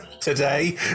today